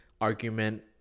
argument